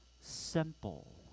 simple